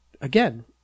again